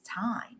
time